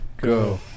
Go